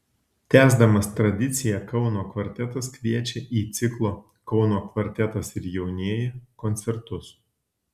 tęsdamas tradiciją kauno kvartetas kviečia į ciklo kauno kvartetas ir jaunieji koncertus